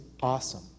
awesome